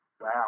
Wow